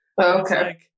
Okay